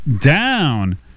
down